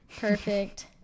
Perfect